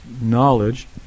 knowledge